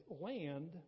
land